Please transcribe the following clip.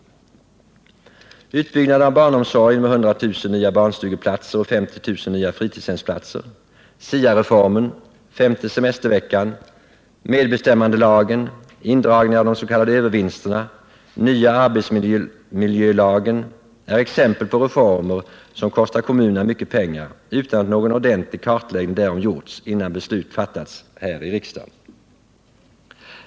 Utbyggnaden av barnomsorgen med 100 000 nya barnstugeplatser och 50 000 nya fritidshemsplatser, SIA-reformen, den femte semesterveckan, medbestämmandelagen, indragningen av de s.k. övervinsterna, nya arbetsmiljölagen är exempel på reformer som kostar kommunerna mycket pengar utan att någon ordentlig kartläggning därom gjorts innan beslut fattats här i riksdagen.